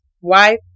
wife